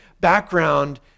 background